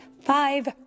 five